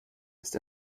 ist